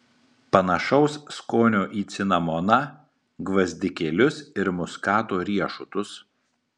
panašaus skonio į cinamoną gvazdikėlius ir muskato riešutus